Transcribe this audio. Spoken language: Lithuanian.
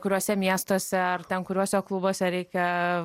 kuriuose miestuose ar ten kuriuose klubuose reikia